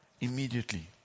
immediately